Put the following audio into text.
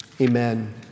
amen